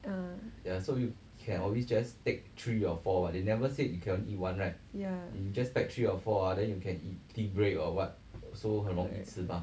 ah ya